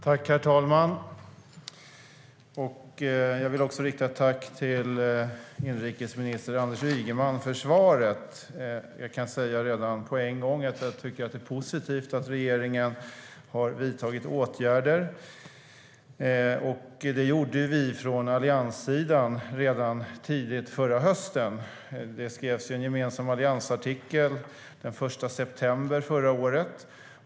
Herr talman! Jag vill rikta ett tack till inrikesminister Anders Ygeman för svaret. Jag kan säga på en gång att jag tycker att det är positivt att regeringen har vidtagit åtgärder. Det gjorde vi från allianssidan redan tidigt förra hösten. Det skrevs en gemensam alliansartikel den 1 september förra året.